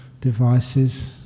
devices